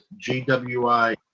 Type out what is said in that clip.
GWI